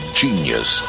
genius